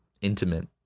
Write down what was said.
intimate